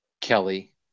Kelly